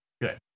Good